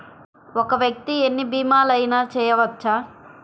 ఒక్క వ్యక్తి ఎన్ని భీమలయినా చేయవచ్చా?